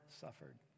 suffered